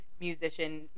musician